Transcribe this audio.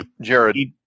Jared